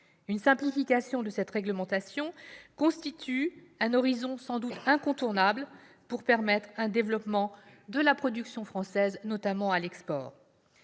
Une simplification de cette réglementation constitue un horizon sans doute incontournable pour permettre un développement de la production française, notamment à l'export.